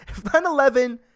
9-11